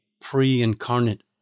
pre-incarnate